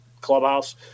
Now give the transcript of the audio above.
clubhouse